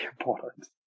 important